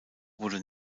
wurde